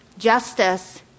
Justice